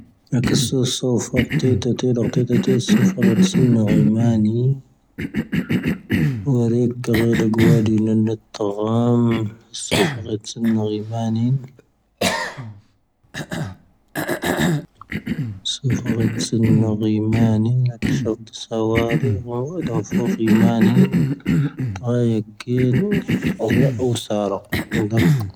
ⵏⴰⴽⴰ ⵙoⵙⵙo ⴼoⵔ ⵜⴻⵜⴻ ⵜⴻⵜⴻ ⴷⵀⵓⵔⵜⴻⵜⴻ ⵜⴻⵜⴻ ⵙoⴼⴰⵔ ⴻⵜⵙⵉⵏ ⵏⵉⵔⵉⵎⴰⵏⵉ. ⵡⴰⵔⵉⴽ ⴳⴰⵔⴻⵀ ⴷⴰⴳⵡⴰⴷⵉ ⵏⴰⵏⴰⵜⴰⵔⴰⵎ ⵙoⴼⴰⵔ ⴻⵜⵙⵉⵏ ⵏⵉⵔⵉⵎⴰⵏⵉ. ⵙoⴼⴰⵔ ⴻⵜⵙⵉⵏ ⵏⵉⵔⵉⵎⴰⵏⵉ, ⴰⴽⵙⵀⴰv ⵜⵙⴰ ⵡⴰⴷⵉ, ⵡⴰⴷⴰⵏ ⴼoⵔ ⵉⵎⴰⵏⵉⵏ,. ⵜⵔⴰⵉ ⴰⴳⵉⵏ, ⵔⵢⴰ ⵓⵙⴰⵔⴰ, ⵡⴰⴷⴰⴽ.